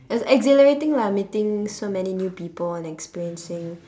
it's exhilarating lah meeting so many new people and experiencing